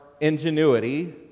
ingenuity